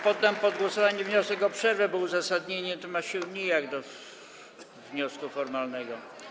Poddam pod głosowanie wniosek o przerwę, choć to uzasadnienie ma się nijak do wniosku formalnego.